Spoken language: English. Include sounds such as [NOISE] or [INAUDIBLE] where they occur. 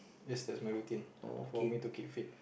yes this is my routine [BREATH] for me to keep fit